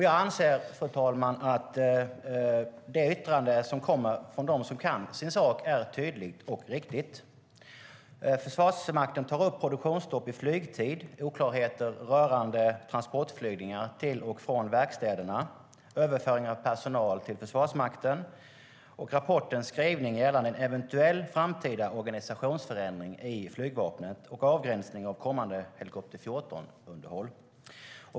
Jag anser, fru talman, att detta yttrande, som kommer från dem som kan sin sak, är tydligt och riktigt. Försvarsmakten tar upp produktionsstopp i flygtid, oklarheter rörande transportflygningarna till och från verkstäderna, överföring av personal till Försvarsmakten samt rapportens skrivning gällande en eventuell framtida organisationsförändring i flygvapnet och avgränsning av kommande Helikopter 14-underhåll.